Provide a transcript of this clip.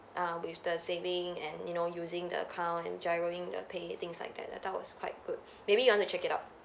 err with the saving and you know using the account and GIROing the pay things like that I think that was quite good maybe you want to check it out